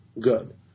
good